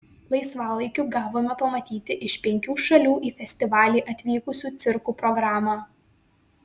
laisvalaikiu gavome pamatyti iš penkių šalių į festivalį atvykusių cirkų programą